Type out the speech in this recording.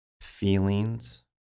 feelings